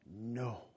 No